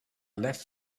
left